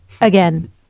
Again